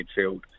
midfield